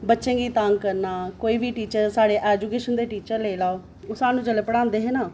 बच्चें कन्ने लड़ना बच्चें गी तंग करना कोई बी टीचरस साढ़े एजूकेशन दे टीचर लेई लैओ ओह् सानू जेल्लै पढ़ांदे हे ना